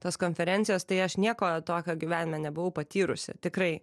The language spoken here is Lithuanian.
tos konferencijos tai aš nieko tokio gyvenime nebuvau patyrusi tikrai